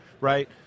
right